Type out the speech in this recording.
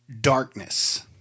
darkness